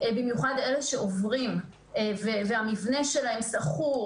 במיוחד אלה שעוברים והמבנה שלהם שכור